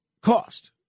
cost